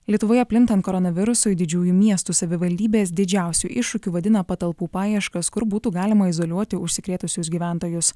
lietuvoje plintant koronavirusui didžiųjų miestų savivaldybės didžiausiu iššūkiu vadina patalpų paieškas kur būtų galima izoliuoti užsikrėtusius gyventojus